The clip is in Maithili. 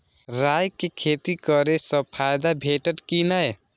राय के खेती करे स फायदा भेटत की नै?